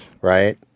Right